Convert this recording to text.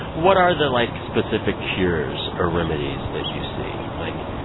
what are the, like, specific cures or remedies that you see? like,